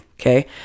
okay